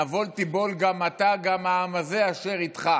"נָבֹל תִּבֹּל גם אתה גם העם הזה אשר עמך"